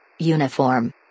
Uniform